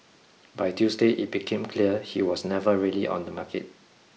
by Tuesday it became clear he was never really on the market